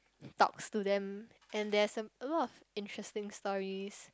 talks to them and there's some a lot of interesting stories